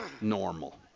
normal